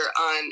on